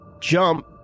jump